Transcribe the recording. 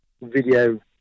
video